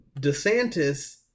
DeSantis